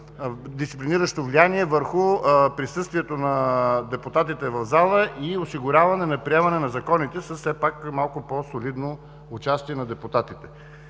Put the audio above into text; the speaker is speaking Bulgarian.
дисциплиниращо влияние върху присъствието на депутатите в зала и осигуряване на приемането на законите с все пак малко по-солидно участие на депутатите.